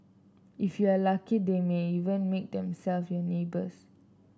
if you are lucky they might even make themselves your neighbours